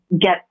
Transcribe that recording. get